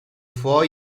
four